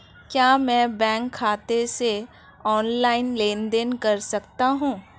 क्या मैं बैंक खाते से ऑनलाइन लेनदेन कर सकता हूं?